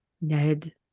Ned